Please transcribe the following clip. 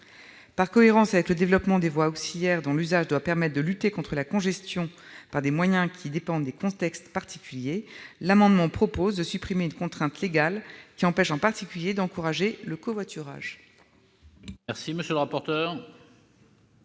Par cohérence avec la mise en place des voies auxiliaires, dont l'usage doit permettre de lutter contre la congestion par des moyens qui dépendent des contextes spécifiques, l'amendement tend à supprimer une contrainte légale qui empêche, en particulier, d'encourager le covoiturage.